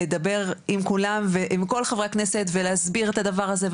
לדבר עם כולם ועם כל חברי הכנסת ולהסביר את הדבר הזה,